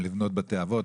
בנייה של בתי אבות?